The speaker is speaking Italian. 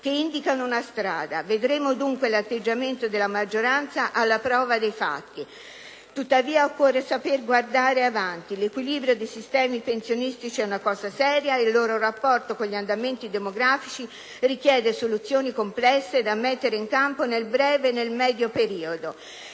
che indicano una strada: vedremo dunque l'atteggiamento della maggioranza alla prova dei fatti. Tuttavia, occorre saper guardare avanti: l'equilibrio dei sistemi pensionistici è una cosa seria ed il loro rapporto con gli andamenti demografici richiede soluzioni complesse da mettere in campo nel breve e nel medio periodo.